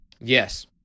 Yes